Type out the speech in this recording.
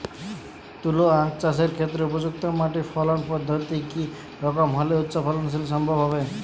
তুলো আঁখ চাষের ক্ষেত্রে উপযুক্ত মাটি ফলন পদ্ধতি কী রকম হলে উচ্চ ফলন সম্ভব হবে?